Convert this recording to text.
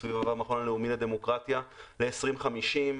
הסביבה והמכון הלאומי לדמוקרטיה, ל- 2050,